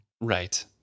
Right